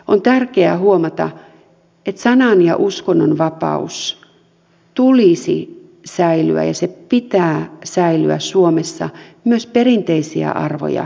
on tärkeää huomata että sanan ja uskonnonvapauden tulisi säilyä ja sen pitää säilyä suomessa myös perinteisiä arvoja kannattavilla